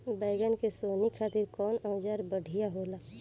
बैगन के सोहनी खातिर कौन औजार बढ़िया होला?